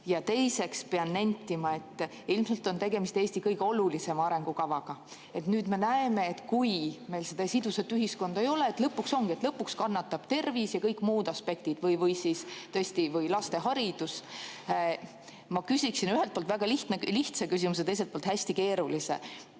Teiseks pean nentima, et ilmselt on tegemist Eesti kõige olulisema arengukavaga. Nüüd me näeme, et kui meil seda sidusat ühiskonda ei ole, siis lõpuks kannatab tervis ja kannatavad kõik muud aspektid, tõesti kas või laste haridus. Ma küsiksin ühelt poolt väga lihtsa küsimuse ja teiselt poolt hästi keerulise.